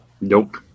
Nope